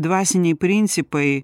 dvasiniai principai